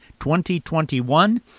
2021